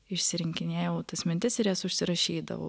išsirinkinėjau tas mintis ir jas užsirašydavau